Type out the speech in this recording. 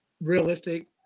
realistic